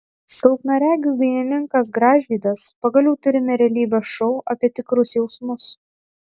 silpnaregis dainininkas gražvydas pagaliau turime realybės šou apie tikrus jausmus